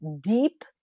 deep